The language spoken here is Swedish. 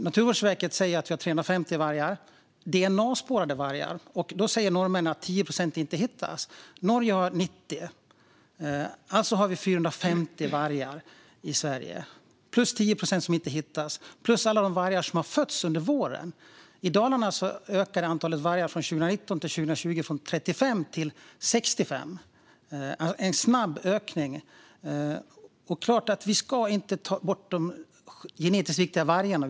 Naturvårdsverket säger att vi har 350 vargar, dna-spårade vargar. Då säger norrmännen att 10 procent inte hittas. Norge har 90 vargar. Alltså har vi 450 vargar i Sverige, plus 10 procent som inte hittas plus alla de vargar som fötts under våren. I Dalarna ökade antalet vargar från 2019 till 2020 från 35 till 65, en snabb ökning. Det är klart att vi inte ska ta bort de genetiskt viktiga vargarna.